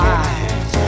eyes